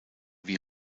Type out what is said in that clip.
wie